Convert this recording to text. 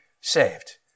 saved